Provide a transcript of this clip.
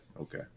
Okay